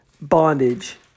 bondage